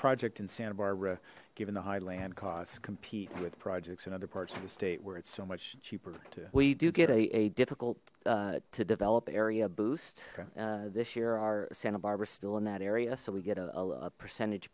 project in santa barbara given the high land costs compete with projects in other parts of the state where it's so much cheaper too we do get a difficult to develop area boost this year our santa barbara is still in that area so we get a percentage